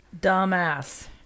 Dumbass